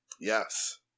Yes